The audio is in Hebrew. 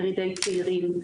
ירידי צעירים,